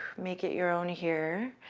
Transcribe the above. make it your own here.